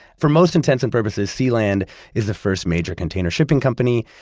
for most intents and purposes, sealand is the first major container shipping company.